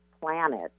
planet